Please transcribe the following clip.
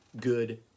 good